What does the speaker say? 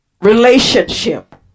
relationship